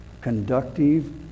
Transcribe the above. conductive